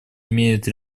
имеет